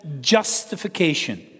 justification